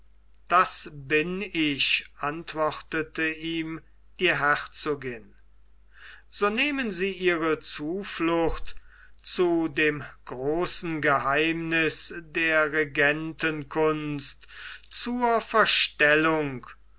das bin ich antwortete ihm die herzogin so nehmen sie ihre zuflucht zu dem großen geheimniß der regentenkunst zur verstellung